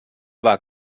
war